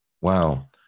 Wow